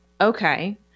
okay